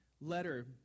letter